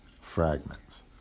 fragments